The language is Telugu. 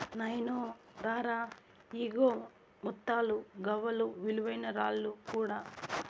నాయినో రా రా, ఇయ్యిగో ముత్తాలు, గవ్వలు, విలువైన రాళ్ళు కూడా